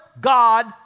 God